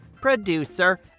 Producer